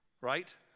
right